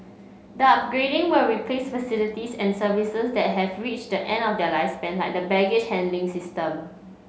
the upgrading will replace facilities and services that have reached the end of their lifespan like the baggage handling system